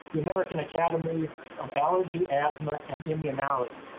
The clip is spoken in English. the american academy of allergy asthma and immunology,